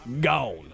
Gone